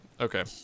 okay